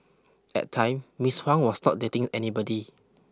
at time Miss Huang was not dating anybody